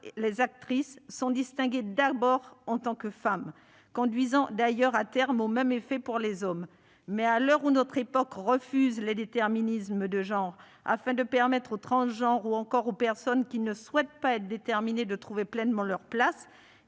les actrices sont distinguées d'abord en tant que femmes, ce qui conduirait à terme au même effet pour les hommes. Mais à l'heure où notre époque refuse les déterminismes de genre, afin de permettre aux transgenres ou encore aux personnes qui ne souhaitent pas être déterminées de trouver pleinement leur place,